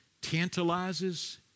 tantalizes